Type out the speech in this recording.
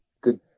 good